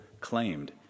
claimed